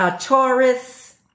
Taurus